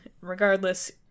Regardless